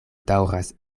daŭras